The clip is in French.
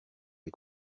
les